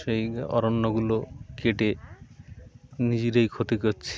সেই অরণ্যগুলো কেটে নিজেরাই ক্ষতি করছি